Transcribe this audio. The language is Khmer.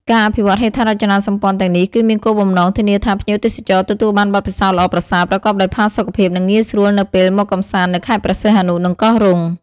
ការអភិវឌ្ឍហេដ្ឋារចនាសម្ព័ន្ធទាំងនេះ គឺមានគោលបំណងធានាថាភ្ញៀវទេសចរទទួលបានបទពិសោធន៍ល្អប្រសើរ ប្រកបដោយផាសុកភាព និងងាយស្រួលនៅពេលមកកម្សាន្តនៅខេត្តព្រះសីហនុ និងកោះរ៉ុង។